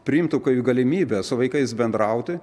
priimtu kai galimybę su vaikais bendrauti